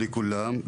בוקר טוב לכולם,